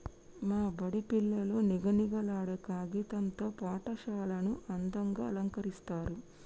మా బడి పిల్లలు నిగనిగలాడే కాగితం తో పాఠశాలను అందంగ అలంకరిస్తరు